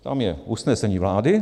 Tam je usnesení vlády.